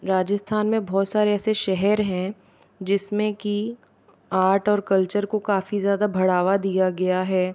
राजस्थान में बहुत सारे ऐसे शहर हैं जिस में कि आर्ट और कल्चर को काफ़ी ज़्यादा बढ़ावा दिया गया है